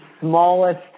smallest